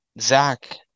Zach